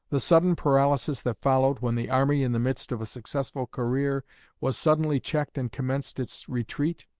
the sudden paralysis that followed, when the army in the midst of a successful career was suddenly checked and commenced its retreat,